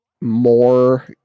more